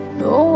no